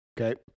okay